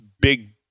big